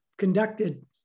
conducted